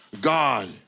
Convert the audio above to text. god